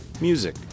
music